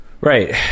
Right